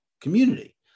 community